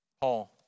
Paul